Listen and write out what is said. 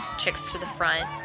chicks to the front.